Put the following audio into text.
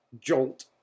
Jolt